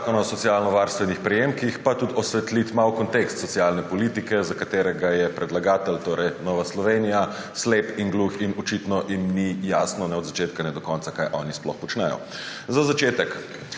o socialno varstvenih prejemkih, pa tudi osvetliti malo kontekst socialne politike, za katerega je predlagatelj, torej Nova Slovenija, slep in gluh, in očitno jim ni jasno ne od začetka ne do konca, kaj oni sploh počnejo. Za začetek.